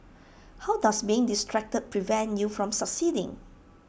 how does being distracted prevent you from succeeding